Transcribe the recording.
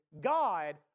God